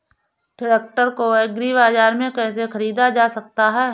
Tractor को agri बाजार से कैसे ख़रीदा जा सकता हैं?